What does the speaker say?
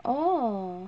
orh